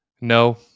No